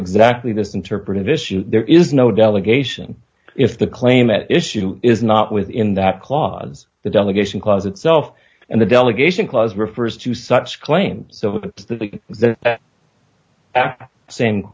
exactly that interpretive issue there is no delegation if the claim at issue is not within that clause the delegation clause itself and the delegation clause refers to such claims to the sa